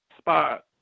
spot